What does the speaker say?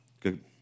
good